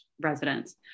residents